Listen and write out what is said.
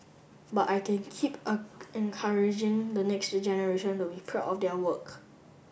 but I can keep encouraging the next generation to be proud of their work